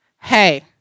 Hey